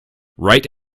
write